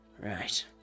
Right